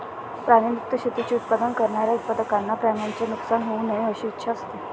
प्राणी मुक्त शेतीचे उत्पादन करणाऱ्या उत्पादकांना प्राण्यांचे नुकसान होऊ नये अशी इच्छा असते